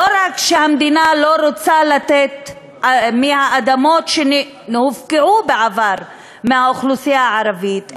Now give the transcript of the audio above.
לא רק שהמדינה לא רוצה לתת מהאדמות שהופקעו בעבר מהאוכלוסייה הערבית,